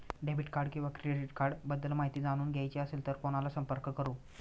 Debit किंवा credit cards बद्दल माहिती जाणून घ्यायची असेल तर कोणाला संपर्क करु?